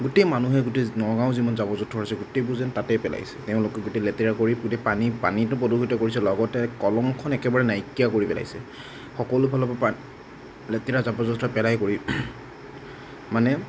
গোটেই মানুহে গোটেই নগাঁৱৰ যিমান জাবৰ জোঁথৰ আছে গোটেইবোৰ যেন তাতেই পেলাইছে তেওঁলোকে গোটেই লেতেৰা কৰি গোটেই পানী পানীটো প্ৰদূষিত কৰিছে লগতে কলংখন একেবাৰে নাইকিয়া কৰি পেলাইছে সকলো ফালৰ পৰা লেতেৰা জাবৰ জোঁথৰ পেলাই কৰি মানে